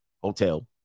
hotel